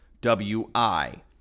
WI